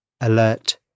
Alert